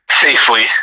safely